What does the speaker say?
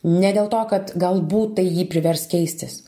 ne dėl to kad galbūt tai jį privers keistis